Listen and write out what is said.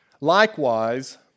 Likewise